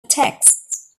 texts